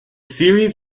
series